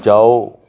ਜਾਓ